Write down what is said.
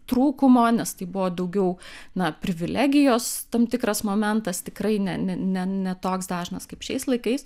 trūkumo nes tai buvo daugiau na privilegijos tam tikras momentas tikrai ne ne ne toks dažnas kaip šiais laikais